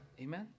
amen